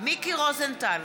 מיקי רוזנטל,